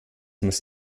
muss